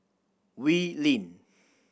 Wee Lin